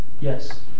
Yes